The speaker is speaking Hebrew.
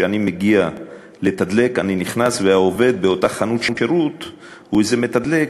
כשאני מגיע לתדלק אני נכנס לחנות שירות והעובד שם הוא איזה מתדלק,